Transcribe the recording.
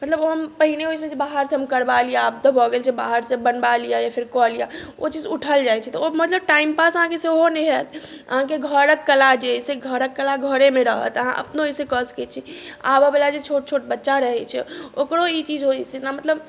मतलब ओ हम पहिने ओहिसँ बाहर सँ करबा ली आब तऽ भऽ गेल छै बाहर सँ बनबा लिअ या फेर कऽ लिअ ओ चीज ऊठल जाइ छै तऽ ओ मतलब टाइमपास अहाँके सेहो नहि होयत अहाँके घरके कला जे अछि से घरक कला घरे मे रहत अहाँ अपनो एहिसॅं कऽ सकै छी आबए वला जे छोट छोट बच्चा रहै छै ओकरो ई चीज होइ छै जेना मतलब